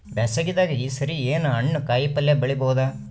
ಬ್ಯಾಸಗಿ ದಾಗ ಈ ಸರಿ ಏನ್ ಹಣ್ಣು, ಕಾಯಿ ಪಲ್ಯ ಬೆಳಿ ಬಹುದ?